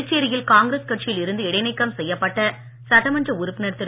புதுச்சேரியில் காங்கிரஸ் கட்சியில் இருந்து இடைநீக்கம் செய்யப்பட்ட சட்டமன்ற உறுப்பினர் திரு